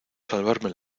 salvarme